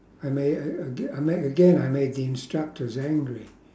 I ma~ uh uh ag~ I made again I made the instructors angry